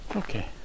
Okay